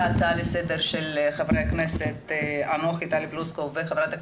הצעה לסדר שלי ושל ח"כ סונדוס סאלח,